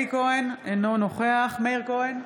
אלי כהן, אינו נוכח מאיר כהן,